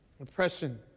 oppression